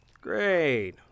Great